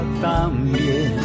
también